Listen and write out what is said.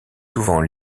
souvent